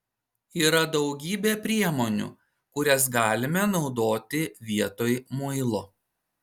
yra daugybė priemonių kurias galime naudoti vietoj muilo